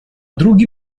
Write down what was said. drugi